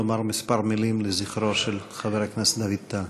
לומר כמה מילים לזכרו של חבר הכנסת לשעבר דוד טל.